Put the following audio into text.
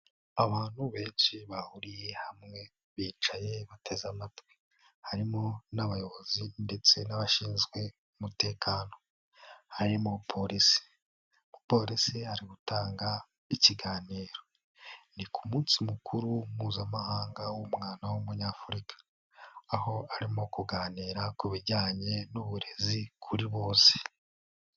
Abantu benshi bahuriye hamwe bicaye bateze amatwi, harimo n'abayobozi ndetse n'abashinzwe umutekano harimo polisi, umupolisi ari gutanga ikiganiro ni ku munsi mukuru mpuzamahanga w'umwana w'umunyafurika, aho arimo kuganira ku bijyanye n'uburezi kuri bose.